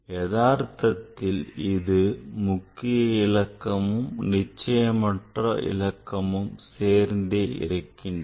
எதார்த்தத்தில் இதில் முக்கிய இலக்கமும் நிச்சயமற்ற இலக்கமும் சேர்ந்தே இருக்கின்றன